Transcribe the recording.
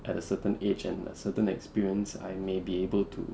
at a certain age and a certain experience I may be able to